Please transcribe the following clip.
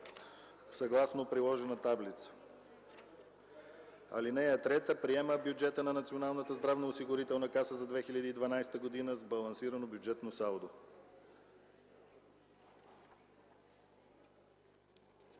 съгласно приложена таблица. (3) Приема бюджета на Националната здравноосигурителна каса за 2012 г. с балансирано бюджетно салдо.